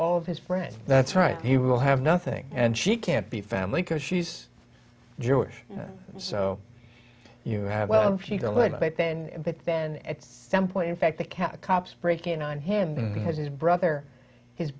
all of his friends that's right he will have nothing and she can't be family because she's jewish so you have well she's alive but then but then at some point in fact the cat cops break in on him and his brother his